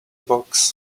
box